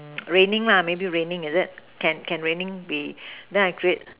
raining lah maybe raining is it can can raining be then I create